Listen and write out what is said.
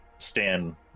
Stan